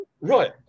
right